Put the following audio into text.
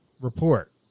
report